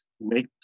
make